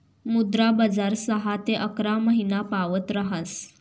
मुद्रा बजार सहा ते अकरा महिनापावत ऱहास